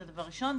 זה דבר ראשון.